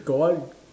got one